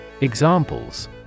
Examples